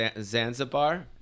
Zanzibar